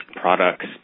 products